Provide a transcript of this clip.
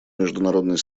международной